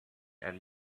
and